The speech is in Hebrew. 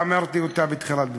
ואמרתי אותה בתחילת דברי.